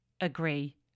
agree